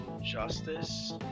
justice